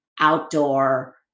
outdoor